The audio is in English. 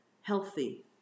healthy